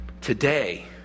Today